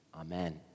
Amen